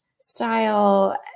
style